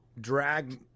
drag